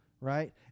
right